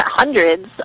hundreds